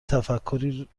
تفکری